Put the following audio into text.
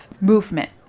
movement